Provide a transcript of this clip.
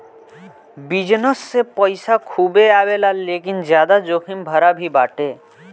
business से पईसा खूबे आवेला लेकिन ज्यादा जोखिम भरा भी बाटे